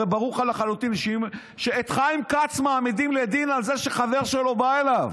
הרי ברור לך לחלוטין שאת חיים כץ מעמידים לדין על זה שחבר שלו בא אליו,